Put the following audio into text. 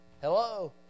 Hello